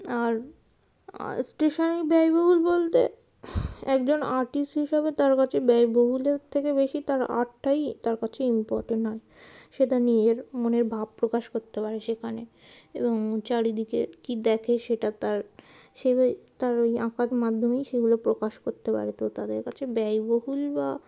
আর stationery ব্যয়বহুল বলতে একজন আর্টিস্ট হিসাবে তার কাছে ব্যয়বহুলের থেকে বেশি তার আর্টটাই তার কাছে ইম্পর্ট্যান্ট হয় সে তার নিজের মনের ভাব প্রকাশ করতে পারে সেখানে এবং চারিদিকে কী দেখে সেইটা তার সেইভাবেই তার ওই আঁকার মাধ্যমেই সেগুলো প্রকাশ করতে পারে তো তাদের কাছে ব্যয়বহুল বা